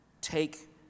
take